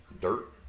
Dirt